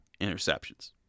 interceptions